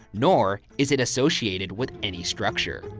nor is it associated with any structure.